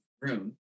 room